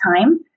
time